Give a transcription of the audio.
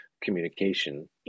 communication